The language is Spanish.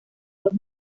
dos